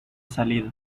salido